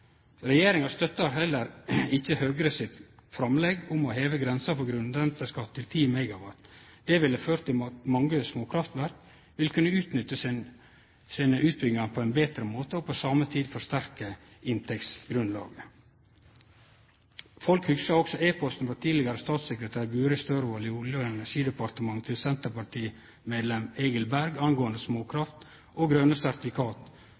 Regjeringa støttar heller ikkje Høgre sitt framlegg om å heve grensa for grunnrenteskatt til 10 MW. Det ville ført til at mange småkraftverk ville kunne utnytte sine utbyggingar på ein betre måte og på same tid forsterke inntektsgrunnlaget. Folk hugsar e-posten frå tidlegare statssekretær Guri Størvold i Olje- og energidepartementet til senterpartimedlem Egil Berge angåande småkraft og grøne